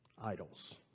Idols